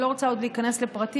אני לא רוצה עוד להיכנס לפרטים,